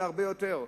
אלא הרבה יותר.